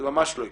זה ממש לא יקרה,